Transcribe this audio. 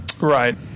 Right